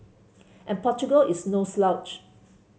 and Portugal is no slouch